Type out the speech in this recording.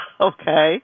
Okay